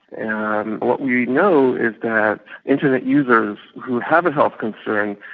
and what we know is that internet users who have a health concern,